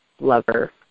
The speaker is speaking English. lover